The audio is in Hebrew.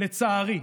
לצערי,